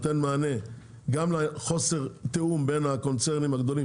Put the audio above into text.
גם לחוסר התיאום בין הקונצרנים הגדולים